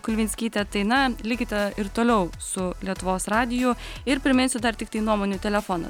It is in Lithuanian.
kulvinskyte tai na likite ir toliau su lietuvos radiju ir priminsiu dar tiktai nuomonių telefoną